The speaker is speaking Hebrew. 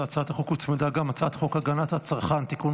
להצעת החוק הוצמדה גם הצעת חוק הגנת הצרכן (תיקון,